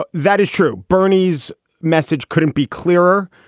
ah that is true. bernie's message couldn't be clearer.